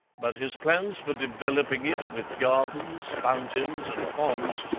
but his plans for developing it, with gardens, fountains, and ponds,